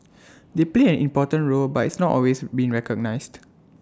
they played important role but it's not always been recognised